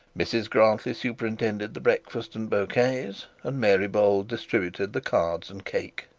mrs grantly superintended the breakfast and bouquets and mary bold distributed the cards and cake.